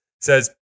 says